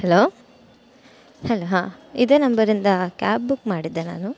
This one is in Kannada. ಹಲೋ ಹಲೋ ಹಾಂ ಇದೇ ನಂಬರಿಂದ ಕ್ಯಾಬ್ ಬುಕ್ ಮಾಡಿದ್ದೆ ನಾನು